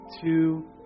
two